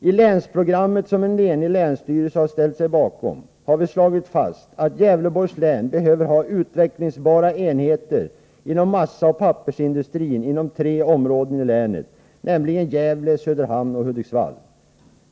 I länsprogrammet, som en enig länsstyrelse har ställt sig bakom, har vi slagit fast att Gävleborgs län behöver ha utvecklingsbara enheter inom massaoch pappersindustrin inom tre områden i länet, nämligen i Gävle, Söderhamn och Hudiksvall.